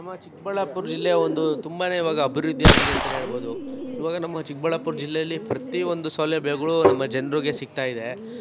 ನಮ್ಮ ಚಿಕ್ಕಬಳ್ಳಾಪುರ ಜಿಲ್ಲೆ ಒಂದು ತುಂಬನೇ ಇವಾಗ ಅಭಿವೃದ್ಧಿ ಆಗಿದೆ ಅಂತಲೇ ಹೇಳ್ಬೋದು ಇವಾಗ ನಮ್ಮ ಚಿಕ್ಕಬಳ್ಳಾಪುರ ಜಿಲ್ಲೆಲಿ ಪ್ರತಿಯೊಂದು ಸೌಲಭ್ಯಗಳು ನಮ್ಮ ಜನರಿಗೆ ಸಿಗ್ತಾಯಿದೆ